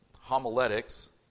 homiletics